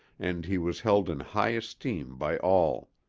and he was held in high esteem by all.